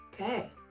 okay